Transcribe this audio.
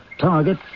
target